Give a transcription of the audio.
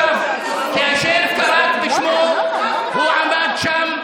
כאשר קראת בשמו הוא עמד שם.